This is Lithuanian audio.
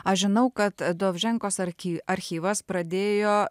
aš žinau kad dovženkos arki archyvas pradėjo